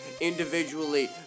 individually